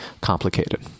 complicated